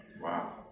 Wow